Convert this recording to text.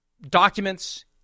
documents